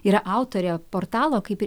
yra autorė portalo kaip